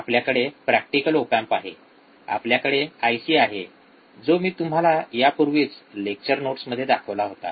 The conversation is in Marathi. आपल्याकडे प्रॅक्टिकल ओप एम्प आहे आपल्याकडे आयसी आहे जो मी तुम्हाला यापूर्वीच लेक्चर नोट्स मध्ये दाखवला होता